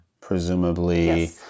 presumably